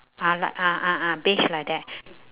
ah lah ah ah ah beige like that